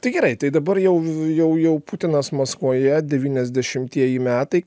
tai gerai tai dabar jau jau jau putinas maskvoje devyniasdešimtieji metai